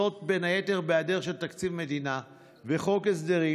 זאת, בין היתר בהיעדר תקציב מדינה וחוק הסדרים.